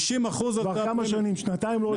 כבר כמה שנים, שנתיים לא עולים.